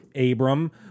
Abram